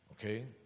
Okay